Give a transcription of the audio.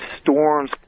Storm's